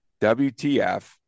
WTF